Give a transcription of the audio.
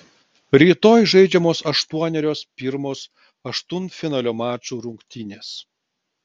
rytoj žaidžiamos aštuonerios pirmos aštuntfinalio mačų rungtynės